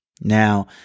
now